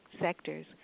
sectors